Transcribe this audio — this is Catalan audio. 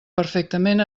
perfectament